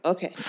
Okay